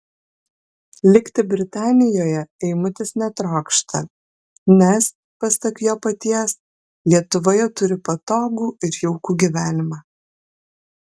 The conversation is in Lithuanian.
likti britanijoje eimutis netrokšta nes pasak jo paties lietuvoje turi patogų ir jaukų gyvenimą